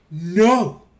No